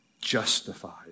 justified